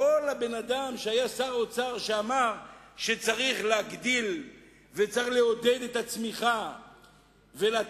כל הבן-אדם שהיה שר האוצר שאמר שצריך להגדיל וצריך לעודד את הצמיחה ולתת